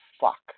fuck